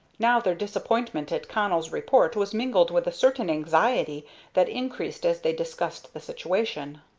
now their disappointment at connell's report was mingled with a certain anxiety that increased as they discussed the situation.